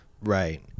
Right